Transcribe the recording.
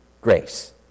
grace